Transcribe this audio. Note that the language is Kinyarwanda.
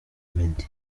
meddy